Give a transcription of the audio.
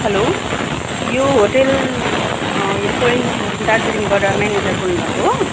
hello यो hotel hill point दार्जिलिङबाट manager बोल्नुभएको हो